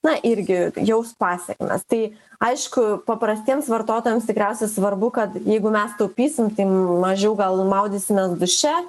na irgi jaus pasekmes tai aišku paprastiems vartotojams tikriausiai svarbu kad jeigu mes taupysim tai mažiau gal maudysimės duše